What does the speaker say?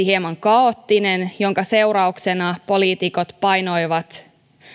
hieman kaoottinen ja sen seurauksena poliitikot painoivat